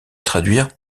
traduire